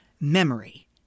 memory